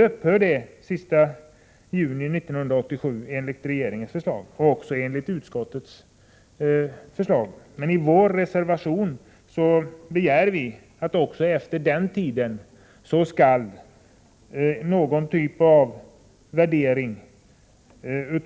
Enligt regeringens och utskottets förslag upphör denna kontroll i och med utgången av juni 1987. I vår reservation begär vi emellertid att det även efter den tiden skall finnas någon typ av värdering